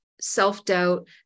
self-doubt